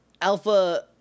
Alpha